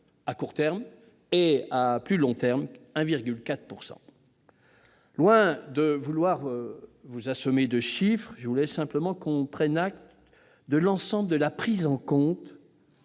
à court terme et de 1,4 % à plus long terme. Loin de vouloir vous assommer de chiffres, je voulais simplement que l'on prenne acte de la prise en compte